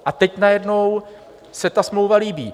A teď najednou se ta smlouva líbí.